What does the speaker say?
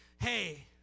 hey